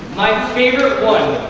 my favorite one